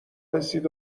رسید